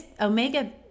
omega